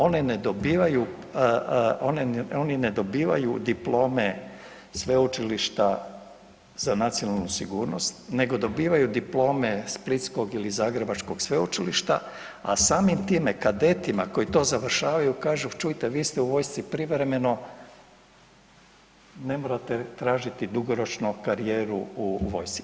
Oni ne dobivaju, oni ne dobivaju diplome sveučilišta za nacionalnu sigurnost, nego dobivaju diplome splitskog ili zagrebačkog sveučilišta, a samim time kadetima koji to završavaju kažu čujte vi ste u vojsci privremeno, ne morate tražiti dugoročno karijeru u vojsci.